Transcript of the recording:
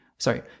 sorry